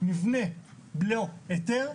מבנה ללא היתר,